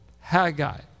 Haggai